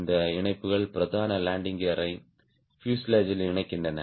இந்த இணைப்புகள் பிரதான லேண்டிங் கியரை பியூசேலாஜ் இணைக்கின்றன